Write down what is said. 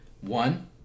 One